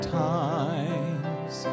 times